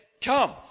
come